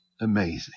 amazing